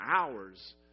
hours